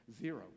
Zero